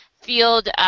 field